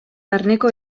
barneko